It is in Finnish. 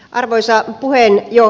arvoisa puhemies